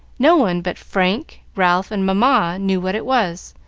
no one but frank, ralph, and mamma knew what it was,